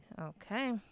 Okay